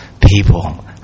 people